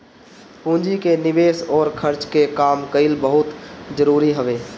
पूंजी के निवेस अउर खर्च के काम कईल बहुते जरुरी हवे